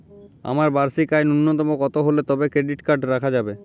আমার বার্ষিক আয় ন্যুনতম কত হলে তবেই ক্রেডিট কার্ড রাখা যাবে?